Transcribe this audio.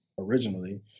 originally